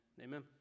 Amen